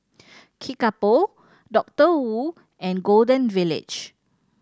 Kickapoo Doctor Wu and Golden Village